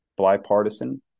bipartisan